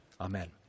amen